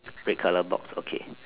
red colour box okay